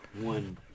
one